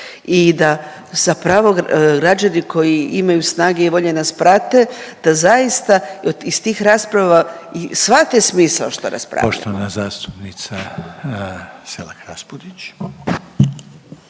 i da zapravo građani koji imaju snage i volje nas prate da zaista iz tih rasprave i shvate smisao što raspravljamo. **Reiner, Željko (HDZ)** Poštovana zastupnica Selak Raspudić.